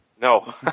No